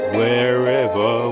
wherever